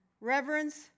Reverence